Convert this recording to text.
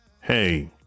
hey